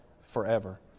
forever